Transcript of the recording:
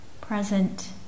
present